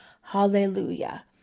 hallelujah